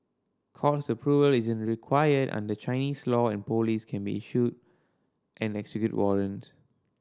court approval isn't required under Chinese law and police can issue and execute warrants